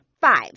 Five